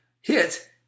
hit